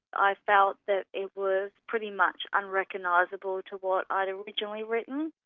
i felt that it was pretty much unrecognisable to what i'd originally written,